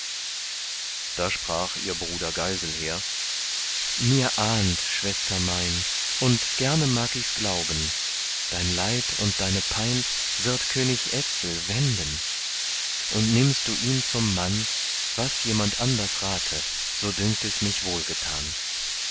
da sprach ihr bruder geiselher mir ahnt schwester mein und gerne mag ichs glauben dein leid und deine pein wird könig etzel wenden und nimmst du ihn zum mann was jemand anders rate so dünkt es mich